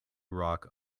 rock